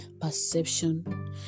perception